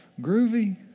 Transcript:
Groovy